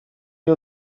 wir